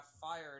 fired